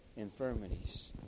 infirmities